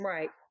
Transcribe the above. Right